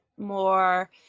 more